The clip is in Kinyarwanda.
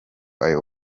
ayo